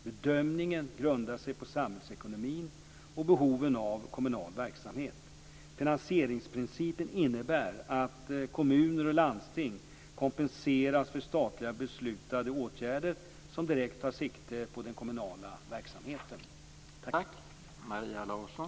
Bedömningen grundar sig på samhällsekonomin och behoven av kommunal verksamhet. Finansieringsprincipen innebär att kommuner och landsting kompenseras för statligt beslutade åtgärder som direkt tar sikte på den kommunala verksamheten.